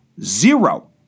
zero